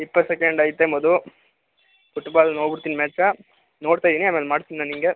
ಇಪ್ಪತ್ ಸೆಕೆಂಡ್ ಐತೆ ಮದು ಪುಟ್ಬಾಲ್ ನೋಡ್ಬುಡ್ತಿನಿ ಮ್ಯಾಚಾ ನೋಡ್ತಾ ಇದ್ದೀನಿ ಆಮೇಲೆ ಮಾಡ್ತೀನಿ ನಾನು ನಿನಗೆ